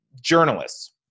journalists